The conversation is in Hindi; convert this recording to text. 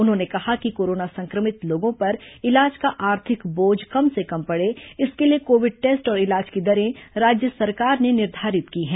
उन्होंने कहा कि कोरोना संक्रमित लोगों पर इलाज का आर्थिक बोझ कम से कम पड़े इसके लिए कोविड टेस्ट और इलाज की दरें राज्य सरकार ने निर्धारित की हैं